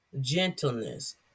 gentleness